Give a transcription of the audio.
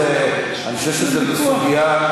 אני חושב שזו סוגיה קשה,